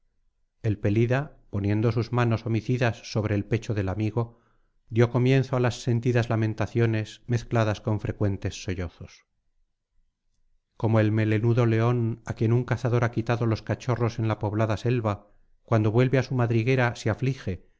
el pelida poniendo sus manos homicidas sobre el pecho del amigo dio comienzo á las sentidas lamentaciones mezcladas con frecuentes sollozos como el melenudo león á quien un cazador ha quitado los cachorros en la poblada selva cuando vuelve á su madriguera se aflige